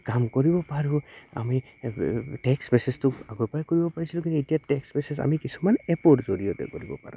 কাম কৰিব পাৰোঁ আমি টেক্সট মেছেজটো আগৰ পৰাই কৰিব পাৰিছিলোঁ কিন্তু এতিয়া টেক্সট মেছেজ আমি কিছুমান এপৰ জৰিয়তে কৰিব পাৰোঁ